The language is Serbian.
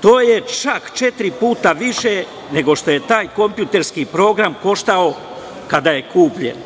to je čak četiri puta više nego što je taj kompjuterski program koštao kada je kupljen,